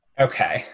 okay